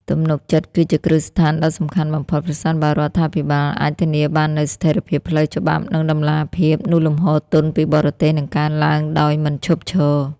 ទំនុកចិត្តគឺជាគ្រឹះស្ថានដ៏សំខាន់បំផុត ប្រសិនបើរដ្ឋាភិបាលអាចធានាបាននូវ ស្ថិរភាពផ្លូវច្បាប់ និងតម្លាភាព នោះលំហូរទុនពីបរទេសនឹងកើនឡើងដោយមិនឈប់ឈរ។